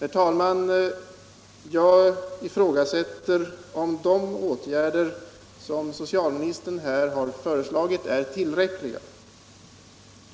Herr talman! Jag ifrågasätter om de åtgärder som socialministern har föreslagit är tillräckliga.